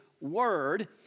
Word